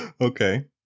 Okay